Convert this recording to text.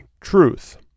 Truth